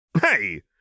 Hey